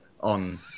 on